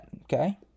okay